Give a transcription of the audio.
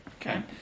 Okay